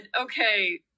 Okay